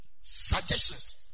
suggestions